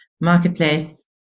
Marketplace